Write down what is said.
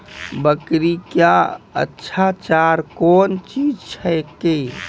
बकरी क्या अच्छा चार कौन चीज छै के?